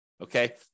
okay